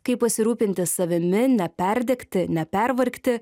kaip pasirūpinti savimi neperdegti nepervargti